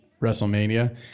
WrestleMania